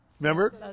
remember